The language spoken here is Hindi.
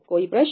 कोई प्रश्न